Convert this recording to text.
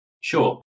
Sure